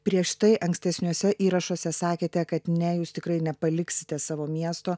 prieš tai ankstesniuose įrašuose sakėte kad ne jūs tikrai nepaliksite savo miesto